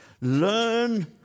Learn